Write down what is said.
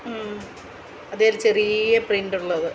അതേൽ ചെറിയ പ്രിൻറ്റുള്ളത്